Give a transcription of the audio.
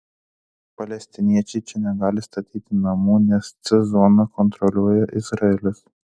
palestiniečiai čia negali statyti namų nes c zoną kontroliuoja izraelis